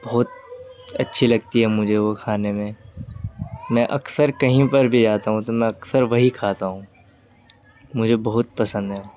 بہت اچّھی لگتی ہے وہ کھانے میں میں اکثر کہیں پر بھی جاتا ہوں تو میں اکثر وہی کھاتا ہوں مجھے بہت پسند ہے